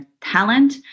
talent